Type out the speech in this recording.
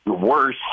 worse